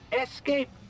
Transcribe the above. Escape